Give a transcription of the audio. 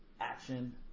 action